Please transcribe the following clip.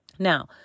Now